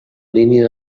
línia